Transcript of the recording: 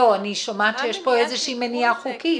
אני שומעת שיש פה איזושהי מניעה חוקית.